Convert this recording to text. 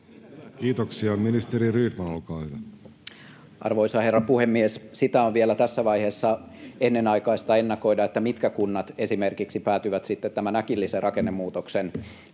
Kiitoksia. — Ministeri Rydman, olkaa hyvä. Arvoisa herra puhemies! On vielä tässä vaiheessa ennenaikaista ennakoida, mitkä kunnat esimerkiksi päätyvät sitten tämän äkillisen rakennemuutoksen